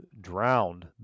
drowned